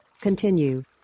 Continue